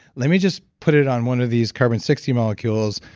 let me just put it on one of these carbon sixty molecules,